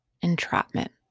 entrapment